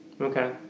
Okay